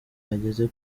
ageze